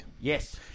Yes